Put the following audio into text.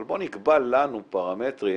אבל בוא נקבע לנו פרמטרים